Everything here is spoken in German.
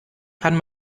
kann